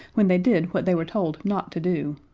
when they did what they were told not to do.